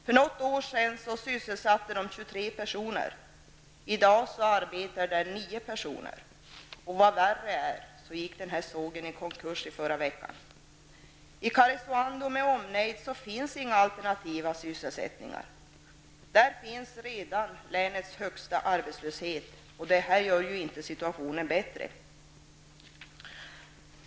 För något år sedan sysselsatte den 23 personer, i dag arbetar där 9 personer och tyvärr gick denna såg i konkurs förra veckan. I Karesuando med omnejd finns inga alternativa sysselsättningar. Där finns redan länets högsta arbetslöshet, och detta gör inte situationen bättre.